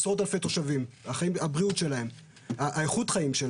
הבריאות ואיכות החיים של